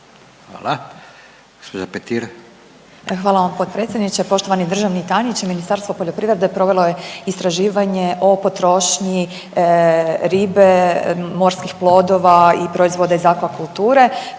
(Nezavisni)** Hvala vam potpredsjedniče. Poštovani državni tajniče, Ministarstvo poljoprivrede provelo je istraživanje o potrošnji ribe, morskih plodova i proizvoda iz akvakulture